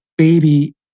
baby